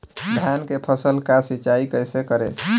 धान के फसल का सिंचाई कैसे करे?